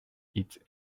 its